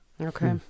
okay